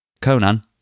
Conan